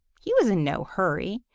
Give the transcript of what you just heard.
he was in no hurry.